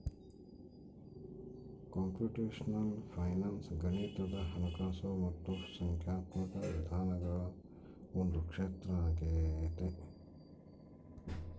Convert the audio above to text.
computational finance ಗಣಿತದ ಹಣಕಾಸು ಮತ್ತು ಸಂಖ್ಯಾತ್ಮಕ ವಿಧಾನಗಳ ಒಂದು ಕ್ಷೇತ್ರ ಆಗೈತೆ